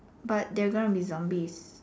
but they are gonna be zombie